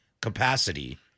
capacity